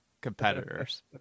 competitors